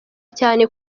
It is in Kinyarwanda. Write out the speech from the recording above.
cyane